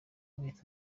inkweto